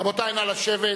רבותי נא לשבת,